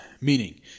Meaning